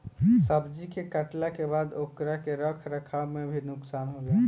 सब्जी के काटला के बाद ओकरा के रख रखाव में भी नुकसान होला